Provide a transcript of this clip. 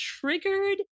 triggered